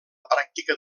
pràctica